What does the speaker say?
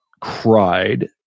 cried